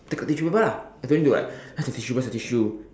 take a tissue paper lah I don't need to like where's the tissue where's the tissue